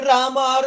Rama